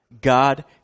God